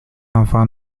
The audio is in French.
enfant